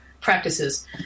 practices